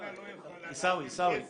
מדינה לא יכולה להעביר כסף אם